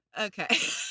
Okay